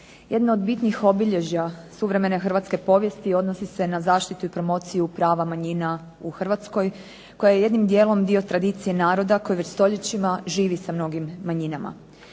Jedno od bitnih obilježja suvremene Hrvatske povijesti odnosi se na zaštitu i promociju prava manjina u Hrvatskoj koja je jednim dijelom dio tradicije naroda koji već stoljećima živi sa jednim manjinama.